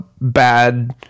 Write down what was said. bad